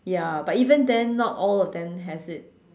ya but even then not all of them has it